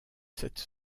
cette